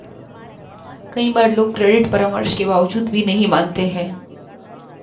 कई बार लोग क्रेडिट परामर्श के बावजूद भी नहीं मानते हैं